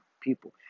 people